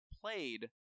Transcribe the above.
played